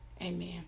amen